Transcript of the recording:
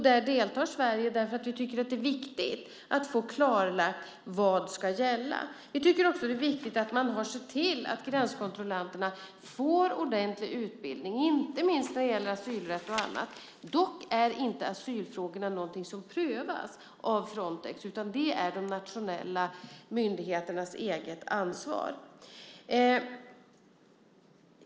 Där deltar Sverige därför att vi tycker att det är viktigt att få klarlagt vad som ska gälla. Vi tycker också att det är viktigt att se till att gränskontrollanterna får ordentlig utbildning, inte minst när det gäller asylrätt och annat. Dock är inte asylfrågorna något som prövas av Frontex, utan det är de nationella myndigheternas eget ansvar.